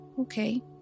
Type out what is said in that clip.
okay